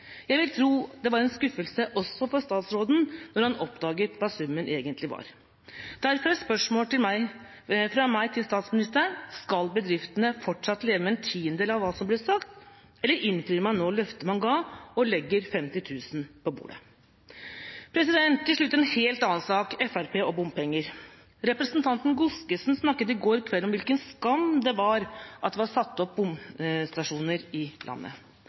Jeg vil tro det var en skuffelse også for statsråden da han oppdaget hva summen egentlig var. Derfor er spørsmålet fra meg til statsministeren: Skal bedriftene fortsatt leve med en tiendedel av hva som ble sagt, eller innfrir man nå løftet man ga, og legger 50 000 kr på bordet? Til slutt en helt annen sak: Fremskrittspartiet og bompenger. Representanten Godskesen snakket i går kveld om hvilken skam det var at det var satt opp bomstasjoner i landet.